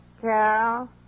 Carol